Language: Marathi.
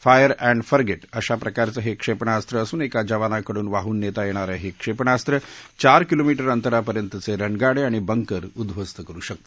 फायर अऍण्ड फरगेट अशा प्रकारचे हे क्षेपणास्व असून एका जवानाकडून वाहून नेता येणारे हे क्षेपणास्व चार किलोमिटर अंतरापर्यंतचे रणगाडे आणि बंकर उद्ववस्त करू शकते